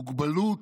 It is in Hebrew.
מוגבלות